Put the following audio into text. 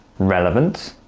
relevant,